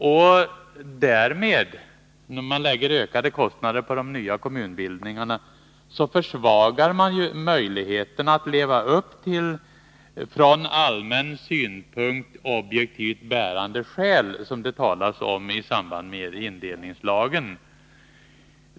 Genom att man lägger ökade kostnader på de nya kommunbildningarna minskar man möjligheten att leva upp till kravet på ”från allmän synpunkt objektivt bärande skäl”, som det talas om i samband med indelningslagen.